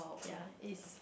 ya is